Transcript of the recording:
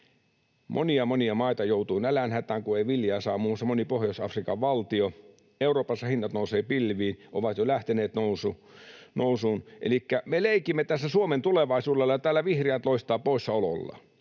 monia maita joutuu nälänhätään, kun ei viljaa saa, muun muassa moni Pohjois-Afrikan valtio. Euroopassa hinnat nousevat pilviin, ovat jo lähteneet nousuun. Elikkä me leikimme tässä Suomen tulevaisuudella, ja täällä vihreät loistavat poissaolollaan.